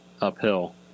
uphill